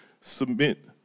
Submit